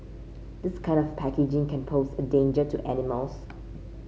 this kind of packaging can pose a danger to animals